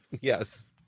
Yes